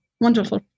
wonderful